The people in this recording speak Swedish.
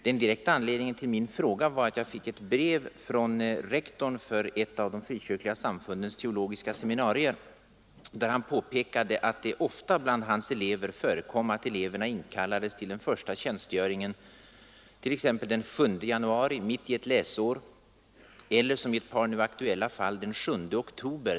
Den direkta anledningen till min fråga var ett brev som jag fick från rektorn för ett av de frikyrkliga samfundens teologiska seminarier där han påpekade att det ofta bland hans elever förekom att de inkallades till den första tjänstgöringen t.ex. den 7 januari, mitt i ett läsår, eller — som i ett par nu aktuella fall — den 7 oktober.